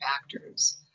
factors